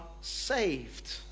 saved